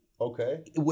Okay